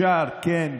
כן,